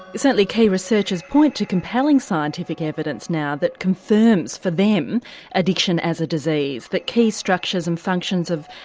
certainly key research has pointed to compelling scientific evidence now that confirms for them addiction as a disease, that key structures and functions of,